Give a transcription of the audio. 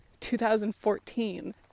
2014